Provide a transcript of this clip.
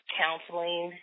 counseling